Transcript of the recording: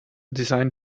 design